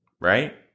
right